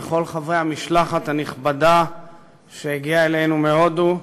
וכל חברי המשלחת הנכבדה שהגיעה אלינו מהודו,